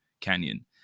canyon